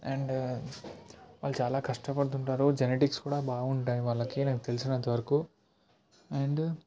and వాళ్ళు చాలా కష్టపడుతుంటారు జెనెటిక్స్ కూడా బాగుంటాయి వాళ్ళకి నాకు తెలిసినంతవరకు అండ్